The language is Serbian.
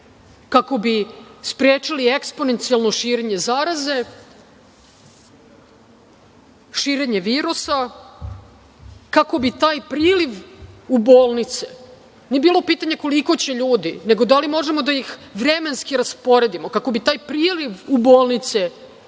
kako bi sprečili eksponencijalno širenje zaraze, širenje virusa, kako bi taj priliv u bolnice, nije bilo pitanje koliko će ljudi, nego da li možemo da ih vremenski rasporedimo, kako bi taj priliv u bolnice bio